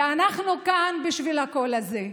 ואנחנו כאן בשביל הקול הזה.